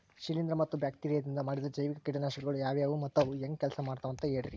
ಶಿಲೇಂಧ್ರ ಮತ್ತ ಬ್ಯಾಕ್ಟೇರಿಯದಿಂದ ಮಾಡಿದ ಜೈವಿಕ ಕೇಟನಾಶಕಗೊಳ ಯಾವ್ಯಾವು ಮತ್ತ ಅವು ಹೆಂಗ್ ಕೆಲ್ಸ ಮಾಡ್ತಾವ ಅಂತ ಹೇಳ್ರಿ?